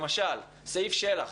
למשל, סעיף של"ח